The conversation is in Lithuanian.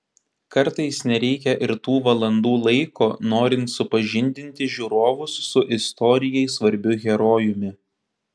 kartais nereikia ir tų valandų laiko norint supažindinti žiūrovus su istorijai svarbiu herojumi